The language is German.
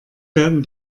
werden